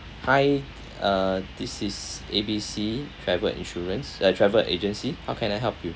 hi uh this is A_B_C travel insurance uh travel agency how can I help you